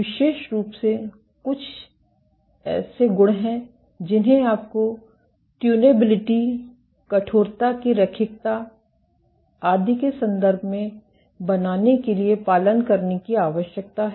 विशेष रूप से ऐसे कुछ गुण हैं जिन्हें आपको ट्यूनेबिलिटी कठोरता की रैखिकता आदि के संदर्भ में बनाने के लिए पालन करने की आवश्यकता है